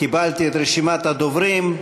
קיבלתי את רשימת הדוברים.